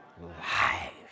life